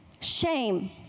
Shame